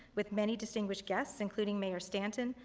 with many distinguished guests, including mayor stanton,